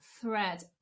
thread